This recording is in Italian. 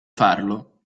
farlo